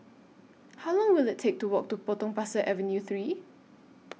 How Long Will IT Take to Walk to Potong Pasir Avenue three